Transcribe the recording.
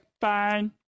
Fine